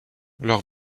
leur